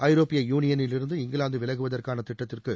ஐரோப்பிய யூனியனிலிருந்து இங்கிலாந்து விலகுவதற்கான திட்டத்திற்கு